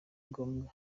ngombwa